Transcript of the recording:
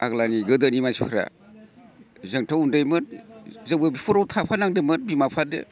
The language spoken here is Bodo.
आग्लानि गोदोनि मानसिफ्रा जोंथ' उन्दैमोन जोंबो बिफोराव थाफानांदोंमोन बिमा बिफादो